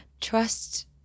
trust